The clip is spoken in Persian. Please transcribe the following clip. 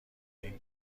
این